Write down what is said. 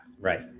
Right